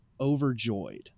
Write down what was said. overjoyed